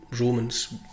Romans